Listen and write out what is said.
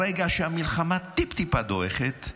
ברגע שהמלחמה טיפ-טיפה דועכת,